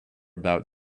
bout